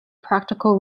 practical